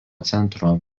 centro